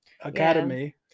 academy